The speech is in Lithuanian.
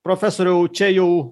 profesoriau čia jau